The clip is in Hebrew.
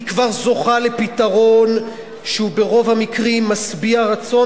היא כבר זוכה לפתרון שהוא ברוב המקרים משביע רצון,